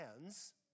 hands